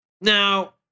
Now